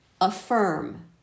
affirm